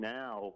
now